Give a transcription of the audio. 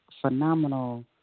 Phenomenal